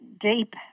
deep